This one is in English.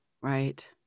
right